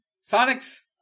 Sonic's